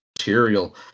material